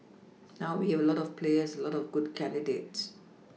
now we have a lot of players a lot of good candidates